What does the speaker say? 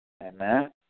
Amen